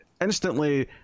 instantly